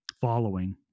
following